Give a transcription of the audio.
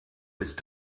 ist